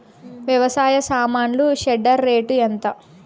వ్యవసాయ సామాన్లు shredder rate ఎంత?